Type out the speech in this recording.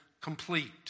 complete